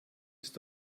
ist